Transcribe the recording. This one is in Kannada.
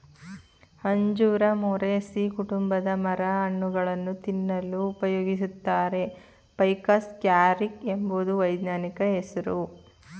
ಅಂಜೂರ ಮೊರೇಸೀ ಕುಟುಂಬದ ಮರ ಹಣ್ಣುಗಳನ್ನು ತಿನ್ನಲು ಉಪಯೋಗಿಸುತ್ತಾರೆ ಫೈಕಸ್ ಕ್ಯಾರಿಕ ಎಂಬುದು ವೈಜ್ಞಾನಿಕ ಹೆಸ್ರು